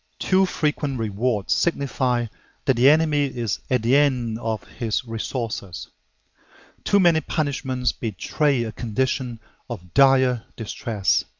too frequent rewards signify that the enemy is at the end of his resources too many punishments betray a condition of dire distress.